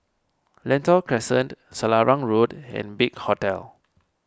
Lentor Crescent Selarang Road and Big Hotel